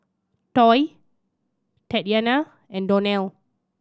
Toy Tatyanna and Donnell